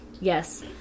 yes